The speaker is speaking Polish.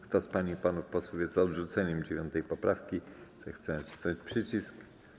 Kto z pań i panów posłów jest za odrzuceniem 9. poprawki, zechce nacisnąć przycisk.